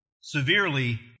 severely